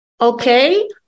Okay